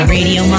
Radio